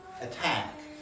attack